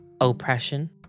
oppression